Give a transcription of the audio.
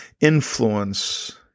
influence